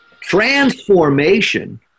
transformation